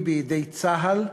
היא בידי צה"ל,